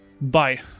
bye